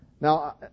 Now